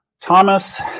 Thomas